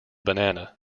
banana